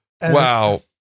Wow